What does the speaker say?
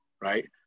right